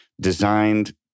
designed